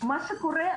מה שקורה,